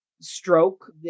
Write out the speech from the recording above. stroke